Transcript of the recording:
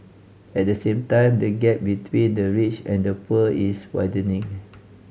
at the same time the gap between the rich and the poor is widening